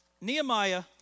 Nehemiah